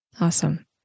Awesome